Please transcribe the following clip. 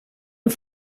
een